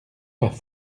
pas